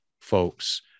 folks